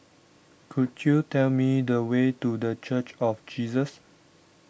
could you tell me the way to the Church of Jesus